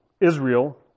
Israel